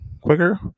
quicker